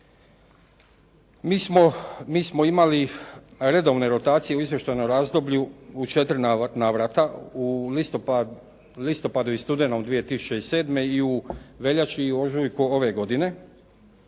Mi smo imali redovne rotacije u izvještajnom razdoblju u četiri navrata u listopadu i studenom 2007. i u veljači i u ožujku ove godine.